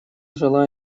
желаю